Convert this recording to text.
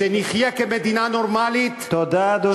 שנחיה כמדינה נורמלית, תודה, אדוני.